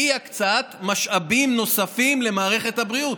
באי-הקצאת משאבים נוספים למערכת הבריאות,